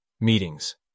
Meetings